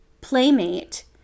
playmate